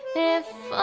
if